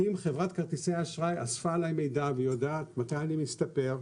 אם חברת כרטיסי האשראי אספה עליי מידע והיא יודעת מתי אני מסתפר,